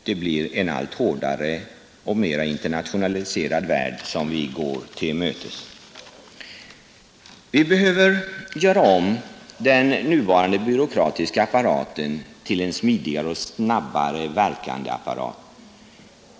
Det är en allt hårdare och internationaliserad värld vi går till mötes. Vi behöver göra om den nuvarande byråkratiska apparaten till en smidigare och snabbare verkande apparat.